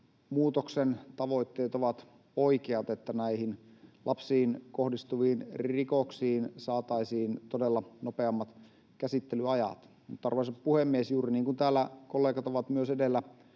lainmuutoksen tavoitteet ovat oikeat: että näihin lapsiin kohdistuviin rikoksiin saataisiin todella nopeammat käsittelyajat. Mutta, arvoisa puhemies, juuri niin kuin täällä kollegat ovat myös edellä